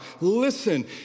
Listen